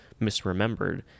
misremembered